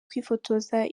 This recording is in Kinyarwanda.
kwifotoza